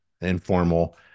informal